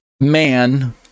man